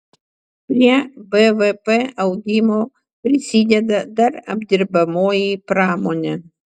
prie bvp augimo prisideda dar apdirbamoji pramonė